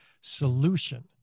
solution